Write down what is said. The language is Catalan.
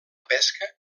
pesca